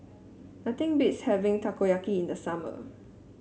nothing beats having Takoyaki in the summer